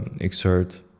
exert